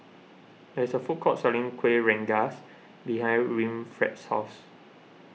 there is a food court selling Kueh Rengas behind Winfred's house